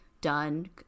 done